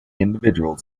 individuals